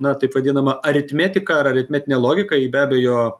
na taip vadinama aritmetika ar aritmetinė logika ji be abejo